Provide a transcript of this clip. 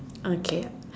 okay